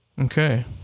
Okay